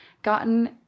gotten